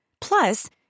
Plus